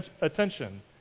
attention